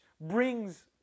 brings